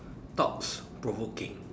thoughts provoking